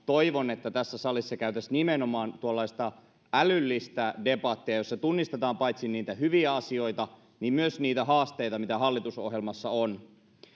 toivon että tässä salissa käytäisiin nimenomaan tuollaista älyllistä debattia jossa tunnistetaan paitsi niitä hyviä asioita niin myös niitä haasteita mitä hallitusohjelmassa on